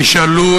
תשאלו,